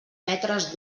metres